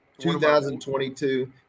2022